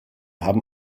haben